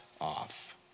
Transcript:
off